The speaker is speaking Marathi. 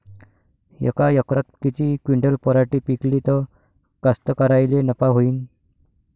यका एकरात किती क्विंटल पराटी पिकली त कास्तकाराइले नफा होईन?